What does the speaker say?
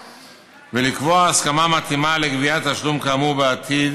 ולקבוע הסמכה מתאימה לגביית תשלום כאמור בעתיד